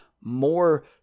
more